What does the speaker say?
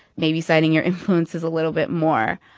maybe citing your influences a little bit more.